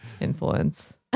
influence